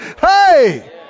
Hey